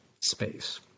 space